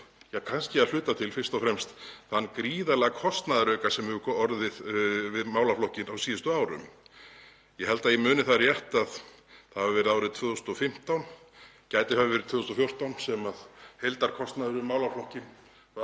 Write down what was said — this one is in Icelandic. á að reyna að koma einhverjum hömlum á þann gríðarlega kostnaðarauka sem hefur orðið við málaflokkinn á síðustu árum. Ég held að ég muni það rétt að það hafi verið árið 2015, gæti hafa verið 2014, sem heildarkostnaður við málaflokkinn var